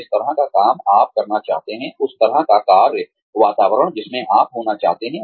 जिस तरह का काम आप करना चाहते हैं उस तरह का कार्य वातावरण जिसमें आप होना चाहते हैं